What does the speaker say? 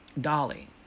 Dolly